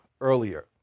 earlier